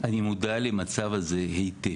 אני מודע למצב הזה היטב.